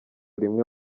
rimwe